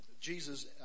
Jesus